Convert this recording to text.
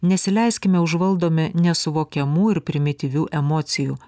nesileiskime užvaldomi nesuvokiamų ir primityvių emocijų